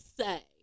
say